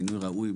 מינוי ראוי.